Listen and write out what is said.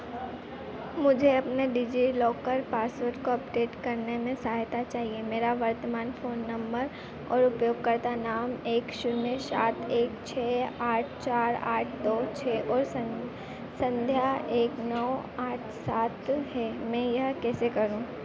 मुझे अपने DigiLocker password को अपडेट करने में सहायता चाहिए मेरा वर्तमान फ़ोन नंबर और उपयोगकर्ता नाम एक शून्य शात एक छः आठ चार आठ दो छः और सं संध्या एक नौ आठ सात है मैं यह कैसे करूँ